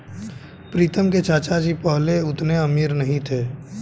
प्रीतम के चाचा जी पहले उतने अमीर नहीं थे